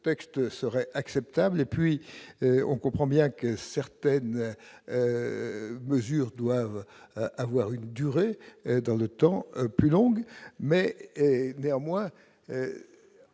le texte serait acceptable et puis on comprend bien que certaines mesures doivent avoir une durée dans le temps plus longue. Mais est néanmoins